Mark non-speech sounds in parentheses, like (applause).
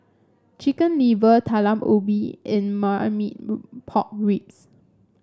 Chicken Liver Talam Ubi and Marmite (noise) Pork Ribs